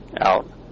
out